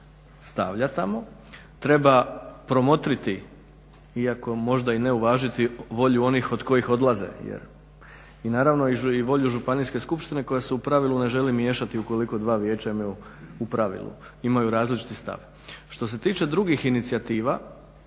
stavlja tamo. Treba promotriti iako možda i ne uvažiti volju onih od kojih odlaze jer i naravno volju županijske skupštine koja se u pravilu ne želi miješati ukoliko dva vijeća imaju u pravilu imaju različiti stav. Što se tiče drugih inicijativa,